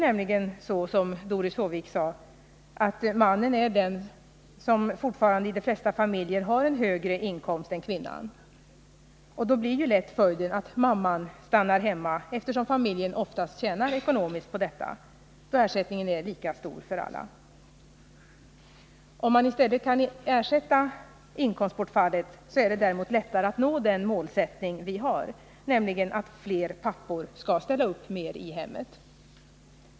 Fortfarande har ju i de flesta familjer mannen en högre inkomst än kvinnan. Och då blir ju lätt följden att mamman stannar hemma, eftersom familjen oftast tjänar ekonomiskt på detta, då ersättningen är lika stor för alla. , Om man i stället kan ersätta inkomstbortfallet är det däremot lättare att nå den målsättning vi har — nämligen att fler pappor skall ställa upp mer i hemmet.